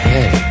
Hey